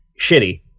Shitty